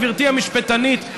גברתי המשפטנית,